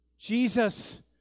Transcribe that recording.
Jesus